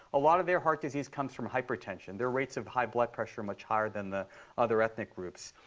a lot of their heart disease comes from hypertension. their rates of high blood pressure are much higher than the other ethnic groups.